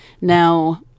Now